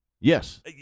Yes